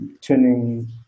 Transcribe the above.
turning